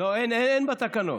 אין בתקנון,